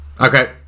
okay